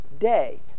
day